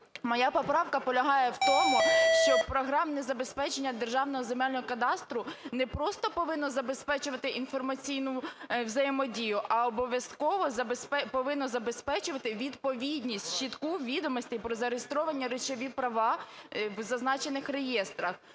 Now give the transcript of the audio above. Моя поправка полягає в тому, щоб програмне забезпечення Державного земельного кадастру не просто повинно забезпечувати інформаційну взаємодію, а обов'язково повинно забезпечувати відповідність чітку відомостей про зареєстровані речові права в зазначених реєстрах,